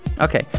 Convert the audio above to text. okay